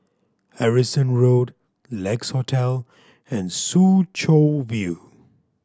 Harrison Road Lex Hotel and Soo Chow View